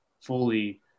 fully